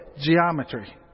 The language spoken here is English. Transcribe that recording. geometry